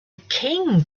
king